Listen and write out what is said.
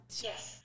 Yes